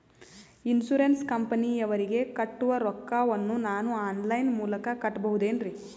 Insurance ಕಂಪನಿಯವರಿಗೆ ಕಟ್ಟುವ ರೊಕ್ಕ ವನ್ನು ನಾನು ಆನ್ ಲೈನ್ ಮೂಲಕ ಕಟ್ಟಬಹುದೇನ್ರಿ?